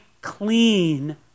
clean